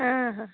हां हा